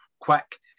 quick